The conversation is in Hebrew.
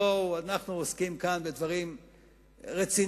אנחנו עוסקים כאן בדברים רציניים,